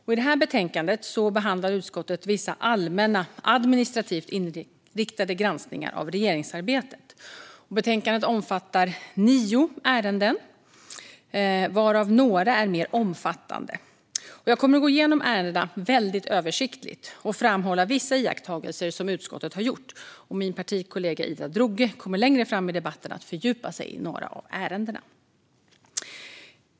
I det här betänkandet behandlar utskottet vissa allmänna, administrativt inriktade granskningar av regeringsarbetet. Betänkandet omfattar nio ärenden, varav några är mer omfattande. Jag kommer att gå igenom ärendena väldigt översiktligt och framhålla vissa iakttagelser som utskottet har gjort. Min partikollega Ida Drougge kommer längre fram i debatten att fördjupa sig i några av ärendena.